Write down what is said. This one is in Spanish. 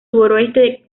suroeste